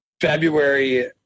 February